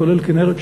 כולל הכינרת,